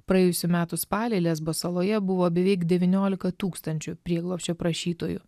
praėjusių metų spalį lesbo saloje buvo beveik devyniolika tūkstančių prieglobsčio prašytojų